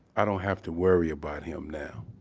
i don't have to worry about him now.